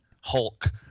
Hulk